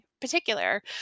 particular